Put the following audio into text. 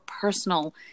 personal